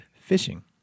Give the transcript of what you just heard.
fishing